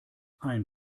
ein